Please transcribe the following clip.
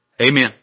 amen